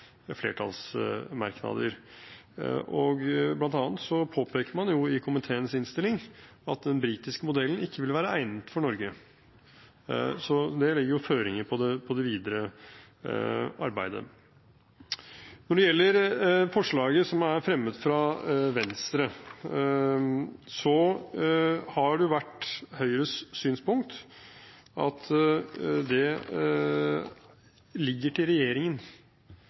flertallsmerknader. Blant annet påpeker man i komiteens innstilling at den britiske modellen ikke vil være egnet for Norge. Så det legger jo føringer for det videre arbeidet. Når det gjelder forslaget som er fremmet fra Venstre, har det vært Høyres synspunkt at det ligger til regjeringen